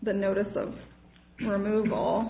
the notice of remove all